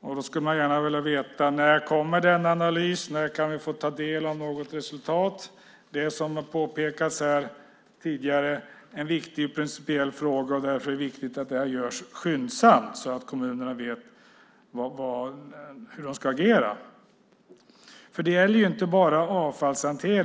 Jag skulle gärna vilja veta: När kommer det en analys? När kan vi få ta del av något resultat? Det är, som har påpekats här tidigare, en viktig principiell fråga. Därför är det viktigt att det görs skyndsamt så att kommunerna vet hur de ska agera. Det gäller inte bara avfallshantering.